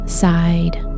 side